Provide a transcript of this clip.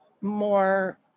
more